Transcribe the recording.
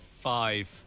Five